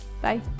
bye